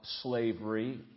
slavery